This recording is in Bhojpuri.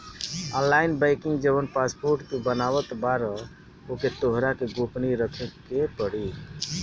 ऑनलाइन बैंकिंग जवन पासवर्ड तू बनावत बारअ ओके तोहरा के गोपनीय रखे पे पड़ी